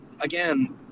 again